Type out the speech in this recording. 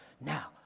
now